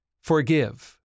Forgive